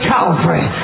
Calvary